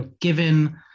given